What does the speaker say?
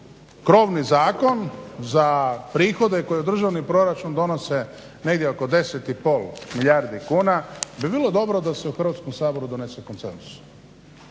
krovni zakon za prihode koji u državni proračun donose negdje oko 10,5 milijardi kuna bi bilo dobro da se u Hrvatskom saboru donese konsenzusom,